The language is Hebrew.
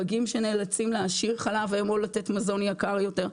פגים שנאלצים להעשיר חלב או לתת מזון יקר יותר,